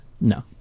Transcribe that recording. No